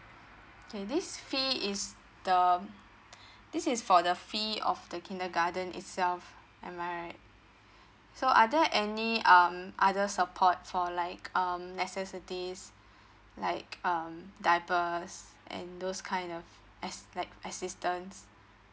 okay this fee is the um this is for the fee of the kindergarten itself am I right so are there any um other support for like um necessities like um diapers and those kind of as~ like assistances